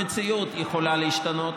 המציאות יכולה להשתנות,